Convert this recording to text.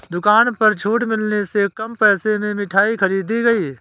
दुकान पर छूट मिलने से कम पैसे में मिठाई खरीदी गई